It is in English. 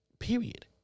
period